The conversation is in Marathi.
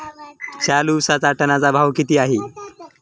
चालू उसाचा टनाचा भाव किती आहे?